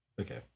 Okay